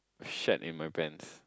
shat in my pants